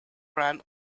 ran